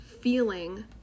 feeling